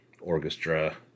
orchestra